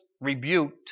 rebuked